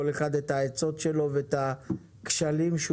כל אחד את העצות שלו ואת הכשלים שהוא